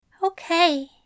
Okay